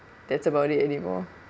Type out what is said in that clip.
that's about it anymore